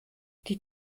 die